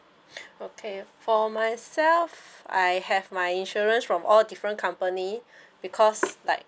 okay for myself I have my insurance from all different company because like